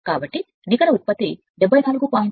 కాబట్టి నికర ఉత్పత్తి S1 S1 73